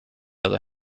other